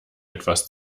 etwas